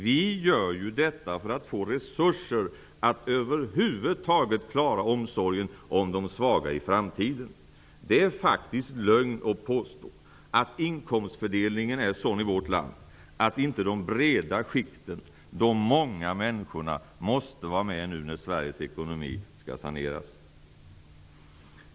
Vi gör detta för att få resurser att över huvd taget klara omsorgen om de svaga i framtiden. Det är faktiskt lögn att påstå att inkomstfördelningen är sådan i vårt land att inte de breda skikten, de många människorna, måste vara med nu när Sveriges ekonomi skall saneras.